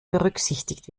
berücksichtigt